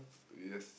yes